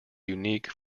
unique